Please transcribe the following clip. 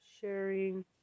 sharing